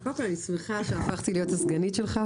לפחות אני שמחה שהפכתי להיות הסגנית שלך,